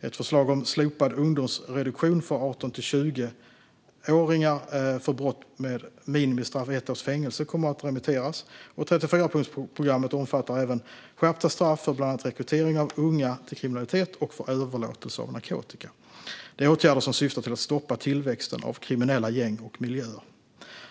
Ett förslag om slopad ungdomsreduktion för 18-20-åringar för brott med minimistraff ett års fängelse kommer att remitteras. 34-punktsprogrammet omfattar även skärpta straff bland annat för rekrytering av unga till kriminalitet och för överlåtelse av narkotika. Det är åtgärder som syftar till att stoppa tillväxten av kriminella gäng och miljöer.